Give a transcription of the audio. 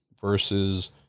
versus